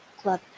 Club